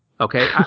okay